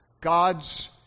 God's